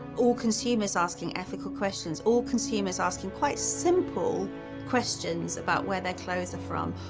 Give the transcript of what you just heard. all consumers asking ethical questions, all consumers asking quite simple questions about where their clothes are from,